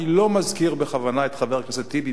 אני לא מזכיר בכוונה את חבר הכנסת טיבי,